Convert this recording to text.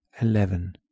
eleven